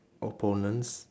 opponents